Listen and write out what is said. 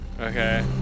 Okay